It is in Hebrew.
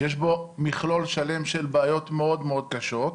שיש בו מכלול שלם של בעיות מאוד קשות.